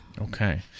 Okay